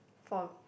from